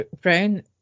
Brown